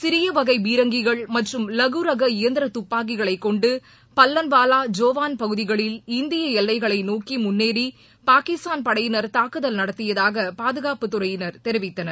சிறிய வகை பீரங்கிகள் மற்றும் லகுரக இயந்திரத் துப்பாக்கிகளை கொண்டு பல்லன்வாவா ஜோவான் பகுதிகளில் இந்திய எல்லைகளை நோக்கி முன்னேறி பாகிஸ்தான் படையினர் தாக்குதல் நடத்தியதாக பாதுகாப்புதுறையினர் தெரிவித்தனர்